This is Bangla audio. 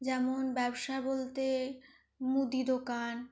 যেমন ব্যবসা বলতে মুদি দোকান